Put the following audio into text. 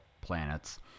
planets